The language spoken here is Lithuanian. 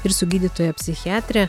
ir su gydytoja psichiatre